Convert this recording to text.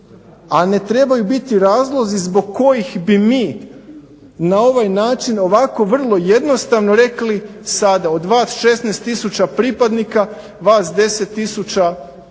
a ne trebaju biti razlozi zbog kojih bi mi na ovaj način ovako vrlo jednostavno rekli sada od vas 16 tisuća pripadnika vas 10 tisuća